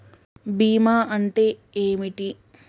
బీమా అంటే ఏమిటి?